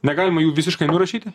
negalima jų visiškai nurašyti